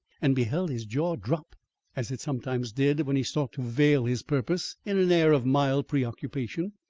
and beheld his jaw drop as it sometimes did when he sought to veil his purpose in an air of mild preoccupation,